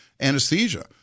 Anesthesia